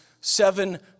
seven